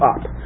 up